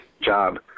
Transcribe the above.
job